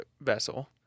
vessel